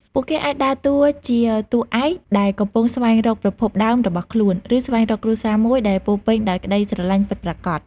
ពួកគេអាចដើរតួជាតួឯកដែលកំពុងស្វែងរកប្រភពដើមរបស់ខ្លួន ឬស្វែងរកគ្រួសារមួយដែលពោរពេញដោយក្ដីស្រឡាញ់ពិតប្រាកដ។